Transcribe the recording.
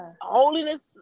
holiness